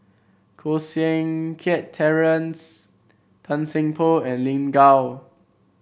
Koh Seng Kiat Terence Tan Seng Poh and Lin Gao